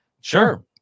Sure